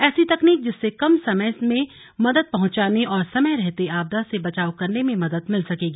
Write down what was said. ऐसी तकनीक जिससे कम समय में मदद पहुंचाने और समय रहते आपदा से बचाव करने में मदद मिल सकेगी